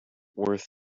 worth